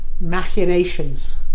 machinations